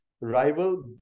rival